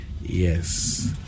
Yes